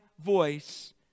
voice